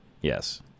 Yes